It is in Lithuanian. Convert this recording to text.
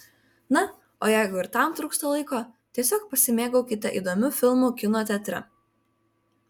na o jeigu ir tam trūksta laiko tiesiog pasimėgaukite įdomiu filmu kino teatre